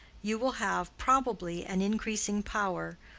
you will have, probably, an increasing power,